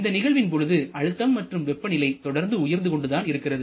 இந்த நிகழ்வின் பொழுது அழுத்தம் மற்றும் வெப்பநிலை தொடர்ந்து உயர்ந்து கொண்டுதான் இருக்கிறது